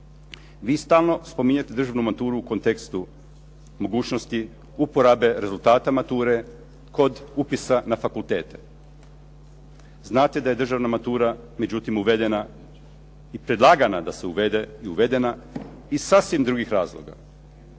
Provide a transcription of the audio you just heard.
Vi stalno spominjete državnu maturu u kontekstu mogućnosti uporabe rezultata mature, kod upisa na fakultete. Znate da je državna matura međutim uvedena i predlagana da se uvede i uvedena iz sasvim drugih razloga.